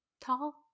tall